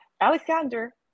Alexander